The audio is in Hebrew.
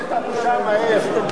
את הבושה מהר.